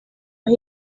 las